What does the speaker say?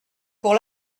pour